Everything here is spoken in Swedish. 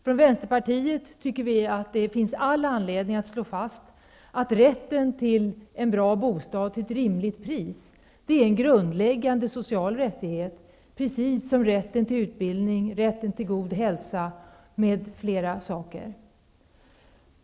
Från Vänsterpartiet tycker vi att det finns all anledning att slå fast att rätten till en bra bostad till ett rimligt pris är en grundläggande social rättighet, precis som rätten till utbildning, rätten till god hälsa, m.m.